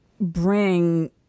bring